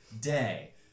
day